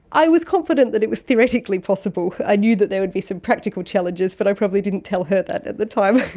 i was confident that it was theoretically possible. i knew that there would be some practical challenges but i probably didn't tell her that at the time.